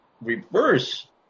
reverse